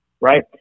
right